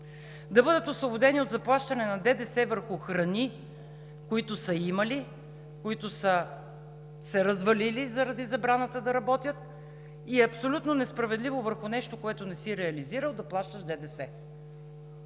да бъдат освободени от заплащане на ДДС върху храни, които са имали, които са се развалили заради забраната да работят и е абсолютно несправедливо върху нещо, което не си реализирал, да плащаш ДДС;